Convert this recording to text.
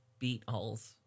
Beatles